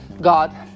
God